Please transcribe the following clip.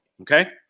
okay